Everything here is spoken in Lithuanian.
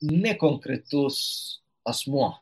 ne konkretus asmuo